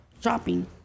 shopping